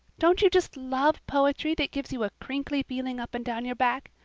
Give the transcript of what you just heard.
don't you just love poetry that gives you a crinkly feeling up and down your back?